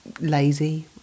lazy